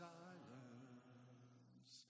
silence